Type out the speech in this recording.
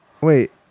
wait